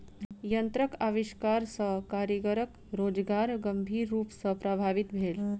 यंत्रक आविष्कार सॅ कारीगरक रोजगार गंभीर रूप सॅ प्रभावित भेल